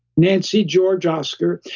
nancy george oscar,